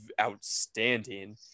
outstanding